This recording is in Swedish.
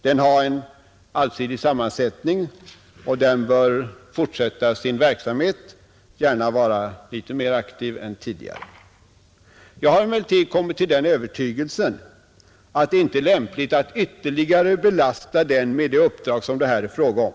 Den har en allsidig sammansättning och den bör fortsätta sin verksamhet — gärna vara litet mer aktiv än tidigare. Jag har emellertid kommit till den övertygelsen att det inte är lämpligt att ytterligare belasta den med det uppdrag som det här är fråga om.